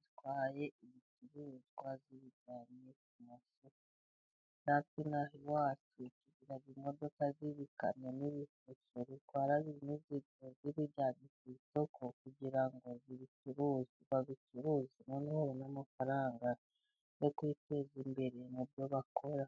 zitwaye ibintu zibijyanye ku masoko, natwe inaba iwacu tugira imodoka z'ibikamyo n'ibifuso zitwara imizigo ziyijyanye ku isoko kugira ngo bayicuruze noneho babone amafaranga yo kuyiteza imbere mu byo bakora.